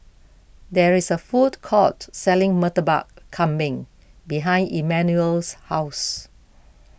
there is a food court selling Murtabak Kambing behind Emmanuel's house